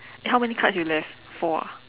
eh how many cards you left four ah